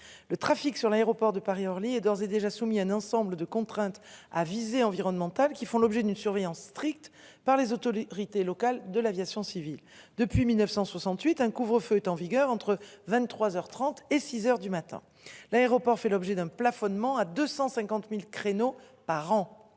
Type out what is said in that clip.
le trafic sur l'aéroport de Paris Orly et d'ores et déjà soumis à un ensemble de contraintes à visée environnementale qui font l'objet d'une surveillance stricte par les auto rité local de l'aviation civile depuis 1968 un couvre-feu est en vigueur entre 23h 30 et 6h du matin, l'aéroport fait l'objet d'un plafonnement à 250.000 créneaux par an.